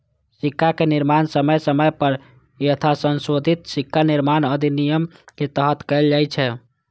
सिक्काक निर्माण समय समय पर यथासंशोधित सिक्का निर्माण अधिनियम के तहत कैल जाइ छै